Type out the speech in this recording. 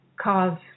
cause